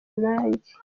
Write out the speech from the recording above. nanjye